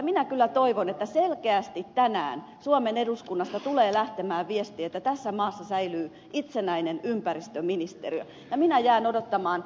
minä kyllä toivon että selkeästi tänään suomen eduskunnasta tulee lähtemään viesti että tässä maassa säilyy itsenäinen ympäristöministeriö ja minä jään odottamaan ed